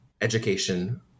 education